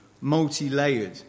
multi-layered